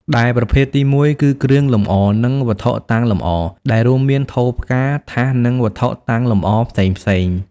ដែលប្រភេទទីមួយគឺ គ្រឿងលម្អ និងវត្ថុតាំងលម្អ ដែលរួមមាន ថូផ្កា ថាស និងវត្ថុតាំងលម្អផ្សេងៗ។